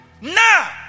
Now